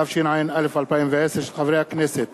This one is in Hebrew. התשע"א 2010, מאת חבר הכנסת